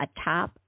atop